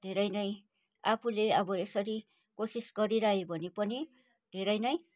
धेरै नै आफूले अब यसरी कोसिस गरिरह्यो भने पनि धेरै नै